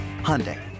Hyundai